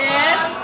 Yes